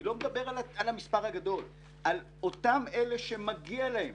לא מדבר על המספר הגדול אלא אותם אלה שמגיע להם,